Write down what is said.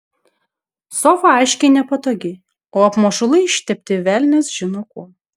sofa aiškiai nepatogi o apmušalai ištepti velnias žino kuo